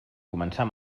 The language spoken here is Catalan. començar